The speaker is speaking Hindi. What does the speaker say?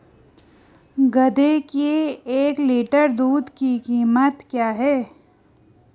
गधे के एक लीटर दूध की कीमत क्या है?